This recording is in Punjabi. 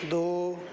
ਦੋ